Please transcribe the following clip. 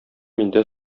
миндә